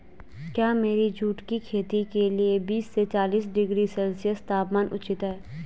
क्या मेरी जूट की खेती के लिए बीस से चालीस डिग्री सेल्सियस तापमान उचित है?